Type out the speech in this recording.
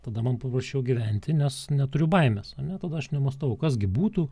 tada man paprasčiau gyventi nes neturiu baimės ane tada aš nemąstau kas gi būtų